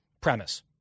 premise